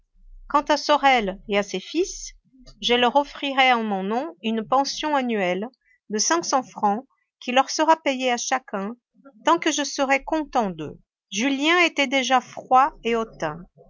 quant à sorel et à ses fils je leur offrirai en mon nom une pension annuelle de cinq cents francs qui leur sera payée à chacun tant que je serai content d'eux julien était déjà froid et hautain